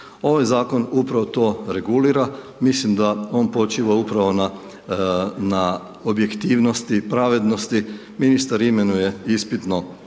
Ovaj zakon upravo to regulira, mislim da on počiva upravo na objektivnosti i pravednosti. Ministar imenuje ispitno,